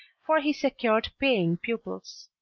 for he secured paying pupils.